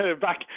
Back